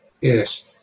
Yes